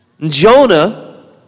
Jonah